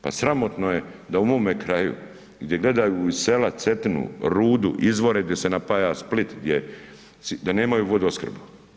Pa sramotno je da u mome kraju gdje gledaju iz sela Cetinu, rudu, izvore gdje se napaja Split, da nemaju vodoopskrbu.